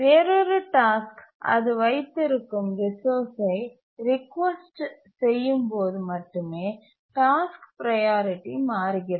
வேறொரு டாஸ்க் அது வைத்து இருக்கும் ரிசோர்ஸ்சை ரிக்வெஸ்ட் செய்யும்போது மட்டுமே டாஸ்க் ப்ரையாரிட்டி மாறுகிறது